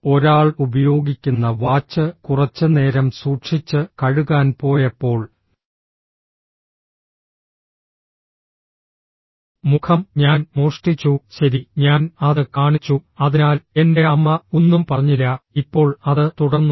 ഒരാൾ ഉപയോഗിക്കുന്ന വാച്ച് കുറച്ച് നേരം സൂക്ഷിച്ച് കഴുകാൻ പോയപ്പോൾ മുഖം ഞാൻ മോഷ്ടിച്ചു ശരി ഞാൻ അത് കാണിച്ചു അതിനാൽ എന്റെ അമ്മ ഒന്നും പറഞ്ഞില്ല ഇപ്പോൾ അത് തുടർന്നു